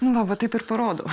nu va va taip ir parodo